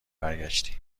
برگشتی